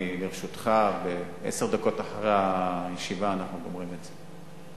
אני כמובן לרשותך ועשר דקות אחרי הישיבה אנחנו גומרים את זה.